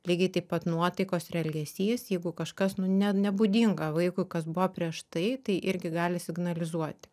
lygiai taip pat nuotaikos ir elgesys jeigu kažkas nu ne nebūdinga vaikui kas buvo prieš tai tai irgi gali signalizuoti